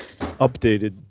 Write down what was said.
updated